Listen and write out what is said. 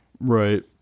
right